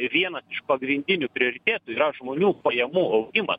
vienas iš pagrindinių prioritetų yra žmonių pajamų augimas